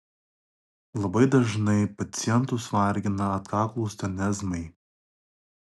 labai dažnai pacientus vargina atkaklūs tenezmai